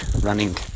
running